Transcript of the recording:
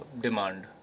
demand